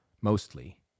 mostly